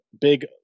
big